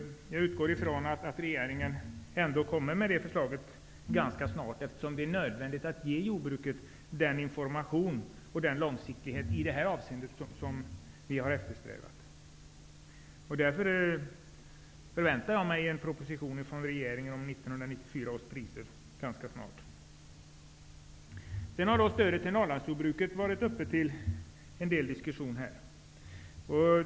Jag utgår ifrån att regeringen ändå kommer med det förslaget ganska snart, eftersom det är nödvändigt att ge jordbruket den information och långsiktighet som vi har eftersträvat. Därför förväntar jag mig en proposition från regeringen om 1994 års priser ganska snart. Stödet till Norrlandsjordbruket har varit uppe till diskussion.